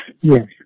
yes